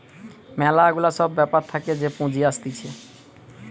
ম্যালা গুলা সব ব্যাপার থাকে যে পুঁজি আসতিছে